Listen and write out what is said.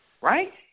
right